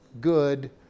good